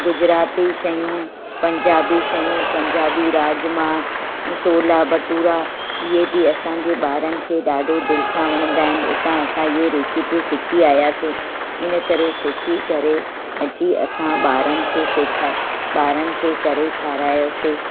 गुजराती शयूं पंजाबी शयूं पंजाबी राजमा छोला बटूरा इहे बि असांजे ॿारनि खे ॾाढो दिलि सां वणंदा आहिनि उतां असां हीअ रेसिपियूं सिखी आयासीं इन करे सिखी करे अची असां ॿारनि खे से ॿारनि खे करे खारायोसीं